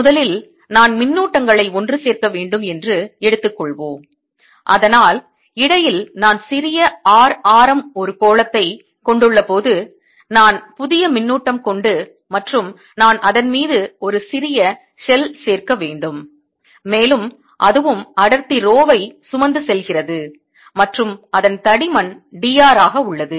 முதலில் நான் மின்னூட்டங்களை ஒன்று சேர்க்க வேண்டும் என்று எடுத்துக்கொள்வோம் அதனால் இடையில் நான் சிறிய r ஆரம் ஒரு கோளத்தை கொண்டுள்ள போது நான் புதிய மின்னூட்டம் கொண்டு மற்றும் நான் அதன் மீது ஒரு சிறிய ஷெல் சேர்க்க வேண்டும் மேலும் அதுவும் அடர்த்தி ரோவை சுமந்து செல்கிறது மற்றும் அதன் தடிமன் d r ஆக உள்ளது